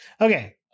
Okay